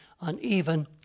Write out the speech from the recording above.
uneven